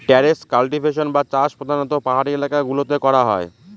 terrace cultivation বা চাষ প্রধানত পাহাড়ি এলাকা গুলোতে করা হয়